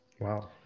Wow